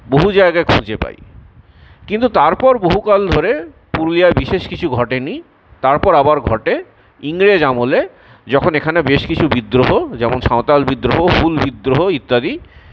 বহু জায়গায় খুঁজে পাই কিন্তু তারপর বহুকাল ধরে পুরুলিয়ায় বিশেষ কিছু ঘটেনি তারপর আবার ঘটে ইংরেজ আমলে যখন এখানে বেশ কিছু বিদ্রোহ যেমন সাঁওতাল বিদ্রোহ হুল বিদ্রোহ ইত্যাদি